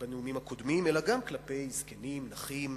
בנאומים הקודמים, אלא גם כלפי זקנים, נכים,